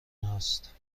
هاست